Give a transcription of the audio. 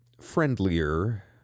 friendlier